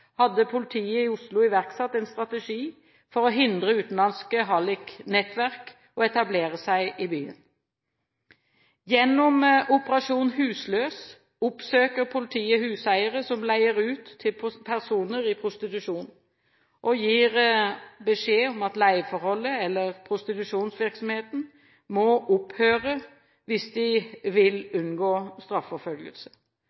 hadde politiet i Oslo iverksatt en strategi for å hindre utenlandske halliknettverk i å etablere seg i byen. Gjennom Operasjon husløs oppsøker politiet huseiere som leier ut til personer i prostitusjon, og gir beskjed om at leieforholdet eller prostitusjonsvirksomheten må opphøre hvis de vil